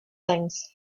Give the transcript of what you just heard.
things